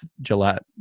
Gillette